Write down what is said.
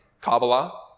Kabbalah